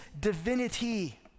divinity